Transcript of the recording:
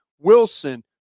Wilson